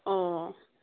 অঁ